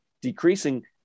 decreasing